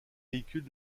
véhicules